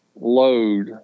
load